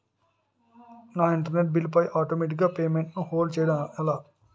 నా internet bill పై automatic payment ను హోల్డ్ చేయటం ఎలా?